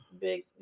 big